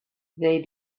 they